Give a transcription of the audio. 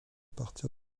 partir